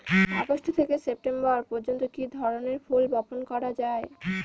August থেকে September পর্যন্ত কি ধরনের ফুল বপন করা যায়?